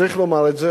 וצריך לומר את זה: